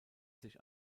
sich